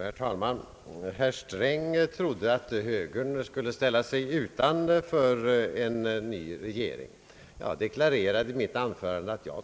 Herr talman! Herr Sträng trodde att högern skulle ställa sig utanför en ny regering. Jag deklarerade i mitt anförande, att jag